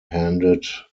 handed